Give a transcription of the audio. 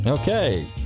Okay